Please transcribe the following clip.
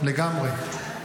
לגמרי.